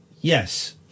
Yes